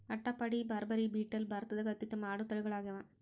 ಅಟ್ಟಪಾಡಿ, ಬಾರ್ಬರಿ, ಬೀಟಲ್ ಭಾರತದಾಗ ಅತ್ಯುತ್ತಮ ಆಡು ತಳಿಗಳಾಗ್ಯಾವ